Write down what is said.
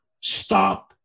stop